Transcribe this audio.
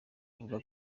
bavuga